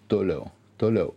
toliau toliau